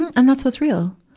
and and that's what's real,